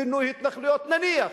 פינוי התנחלויות, נניח,